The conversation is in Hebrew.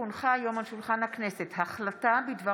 כי הונחה היום על שולחן הכנסת החלטה בדבר